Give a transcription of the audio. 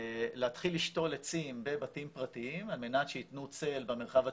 להתחיל לשתול עצים בבתים פרטיים על מנת שיתנו צל במרחב הציבורי,